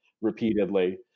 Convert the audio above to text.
repeatedly